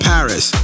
Paris